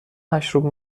مشروب